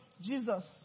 Jesus